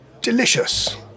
delicious